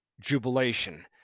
jubilation